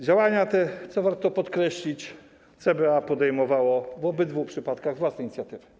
Działania te, co warto podkreślić, CBA podejmowało w obydwu przypadkach z własnej inicjatywy.